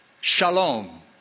Shalom